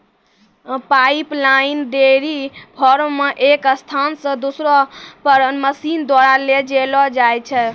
pipeline dairy farm मे एक स्थान से दुसरा पर मशीन द्वारा ले जैलो जाय छै